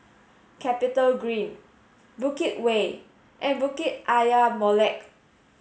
CapitaGreen Bukit Way and Bukit Ayer Molek